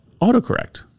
autocorrect